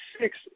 six